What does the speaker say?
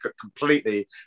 Completely